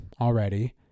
already